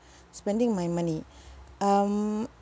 spending my money um